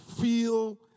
feel